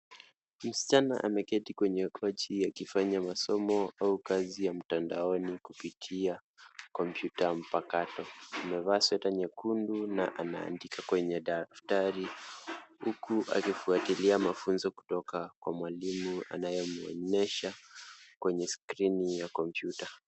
Msichana ameketi kwenye kochi akifanya masomo au kazi ya mtandaoni kupitia kompyuta mpakato. Amevaa sweta nyekundu na anaandika kwenye daftari huku akifuatilia mafunzo kutoka kwa mwalimu anayemwonyesha kwenye skrini ya kompyuta.